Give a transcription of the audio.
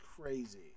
crazy